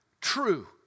true